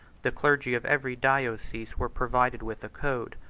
the clergy of every diocese were provided with a code,